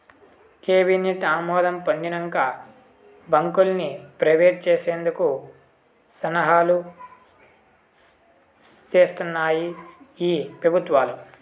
cabinet ఆమోదం పొందినంక బాంకుల్ని ప్రైవేట్ చేసేందుకు సన్నాహాలు సేస్తాన్నాయి ఈ పెబుత్వాలు